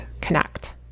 connect